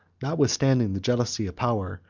notwithstanding the jealousy of power,